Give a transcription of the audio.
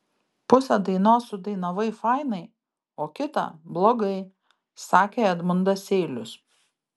pusę dainos sudainavai fainai o kitą blogai sakė edmundas seilius